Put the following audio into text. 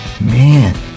man